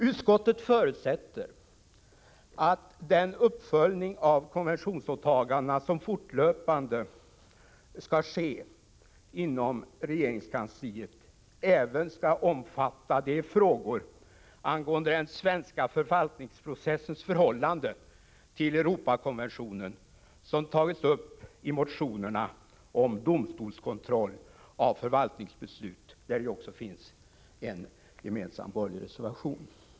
Utskottet förutsätter att den uppföljning av konventionsåtaganden som fortlöpande skall ske inom regeringskansliet skall omfatta även de frågor angående den svenska förvaltningsprocessens förhållande till Europakonventionen som tagits upp i motioner om domstolskontroll och förvaltningsbeslut, där det också finns en gemensam borgerlig reservation.